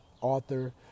author